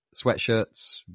sweatshirts